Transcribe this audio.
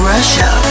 Russia